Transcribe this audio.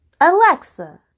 Alexa